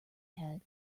head